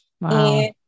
Wow